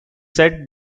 said